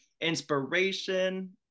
inspiration